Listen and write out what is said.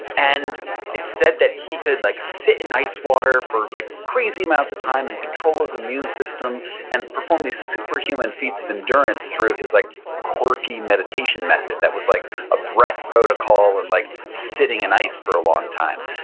and it said that he could like sit in ice water for like crazy amounts of time and control his immune system and perform these super human feats of endurance through his like quirky meditation method that was like a breath protocol and like sitting in ice for a long time.